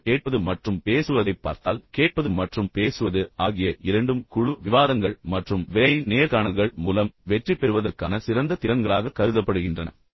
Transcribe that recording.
நீங்கள் கேட்பது மற்றும் பேசுவதைப் பார்த்தால் கேட்பது மற்றும் பேசுவது ஆகிய இரண்டும் குழு விவாதங்கள் மற்றும் வேலை நேர்காணல்கள் மூலம் வெற்றி பெறுவதற்கான சிறந்த திறன்களாக கருதப்படுகின்றன